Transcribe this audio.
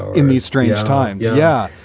in these strange times. yeah.